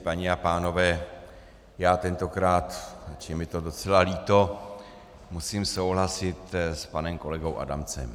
Paní a pánové, já tentokrát, ač je mi to docela líto, musím souhlasit s panem kolegou Adamcem.